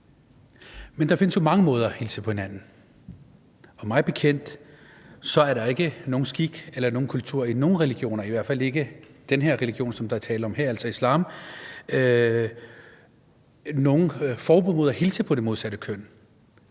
Men der findes jo mange måder at hilse på hinanden, og mig bekendt er der ikke nogen skik eller kultur eller nogen religion – i hvert fald ikke den religion, som der er tale om her, altså islam – der forbyder en at hilse på det modsatte køn.